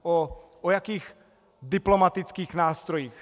O jakých diplomatických nástrojích?